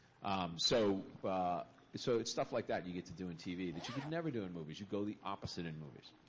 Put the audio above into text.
so so it's stuff like that you get to do in tv that you could never do in movies. you go the opposite in movies.